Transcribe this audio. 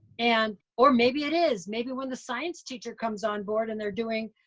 and or, maybe it is. maybe when the science teacher comes on board and they're doing,